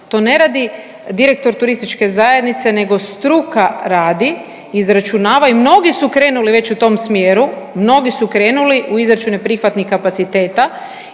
to ne radi direktor turističke zajednice nego struka radi, izračunava i mnogi su krenuli već u tom smjeru, mnogi su krenuli u izračune prihvatnih kapaciteta